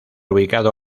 ubicado